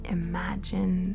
imagine